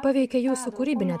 paveikė jūsų kūrybinę